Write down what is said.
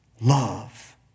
love